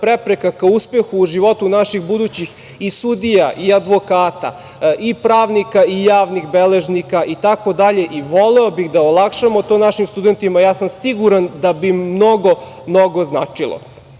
prepreka ka uspehu u životu naših budućih i sudija i advokata i pravnika i javnih beležnika itd. i voleo bih da olakšamo to našim studentima. Siguran sam da bi im mnogo, mnogo značilo. Sudijama